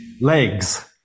legs